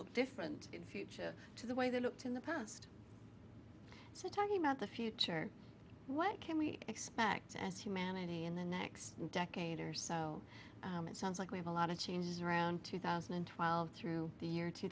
look different in future to the way they looked in the past so talking about the future what can we expect as humanity in the next decade or so it sounds like we have a lot of changes around two thousand and twelve through the year two